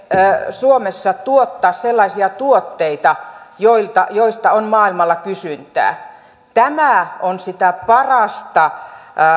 suomessa tuottaa sellaisia tuotteita joista on maailmalla kysyntää tämä on sitä parasta